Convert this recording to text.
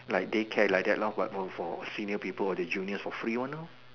like daycare like that lor but more for senior people or the juniors for free one lor